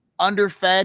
underfed